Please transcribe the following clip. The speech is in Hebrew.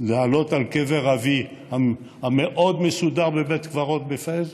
לעלות לקבר אבי, המסודר מאוד, בבית קברות בפס,